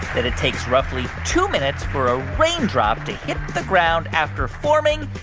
that it takes roughly two minutes for a raindrop to hit the ground after forming,